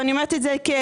ואני אומרת את זה כאימא,